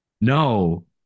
no